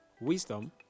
wisdom